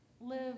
Live